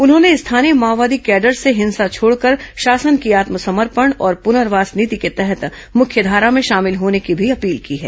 उन्होंने स्थानीय माओवादी कैडर से हिंसा छोड़कर शासन की आत्मसमर्पण और पुनर्वास नीति के तहत मुख्यघारा में शामिल होने की भी अपील की है